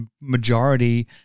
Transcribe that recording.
majority